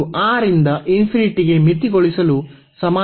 ಇದು R ಇಂದ ಗೆ ಮಿತಿಗೊಳಿಸಲು ಸಮಾನವಾಗಿರುತ್ತದೆ